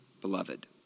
beloved